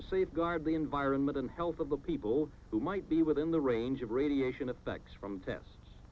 to safeguard the environment and health of the people who might be within the range of radiation effects from tests